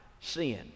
sin